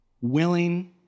willing